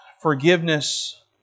forgiveness